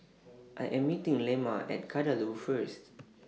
I Am meeting Lemma At Kadaloor First